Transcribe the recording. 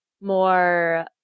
more